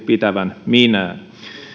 pitävän juuri minään